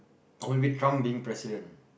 or maybe Trump being President